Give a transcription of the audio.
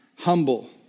humble